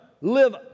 live